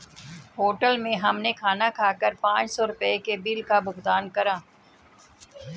hotel में हमने खाना खाकर पाँच सौ रुपयों के बिल का भुगतान करा